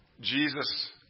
Jesus